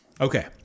Okay